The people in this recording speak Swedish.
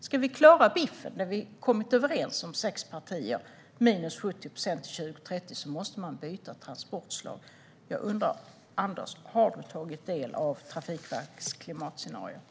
Om vi ska klara biffen - det vi har kommit överens om mellan sex partier: minus 70 procent till 2030 - måste man byta transportslag. Jag undrar: Har du tagit del av Trafikverkets klimatscenario, Anders?